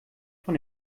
von